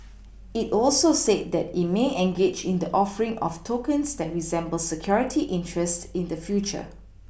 it also said that it may engage in the offering of tokens that resemble security interests in the future